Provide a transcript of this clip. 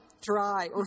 dry